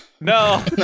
No